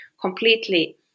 completely